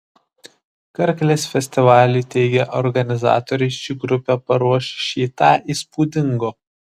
karklės festivaliui teigia organizatoriai ši grupė paruoš šį tą įspūdingo